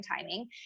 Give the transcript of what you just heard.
timing